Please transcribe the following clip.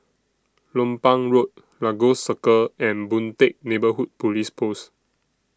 Lompang Road Lagos Circle and Boon Teck Neighbourhood Police Post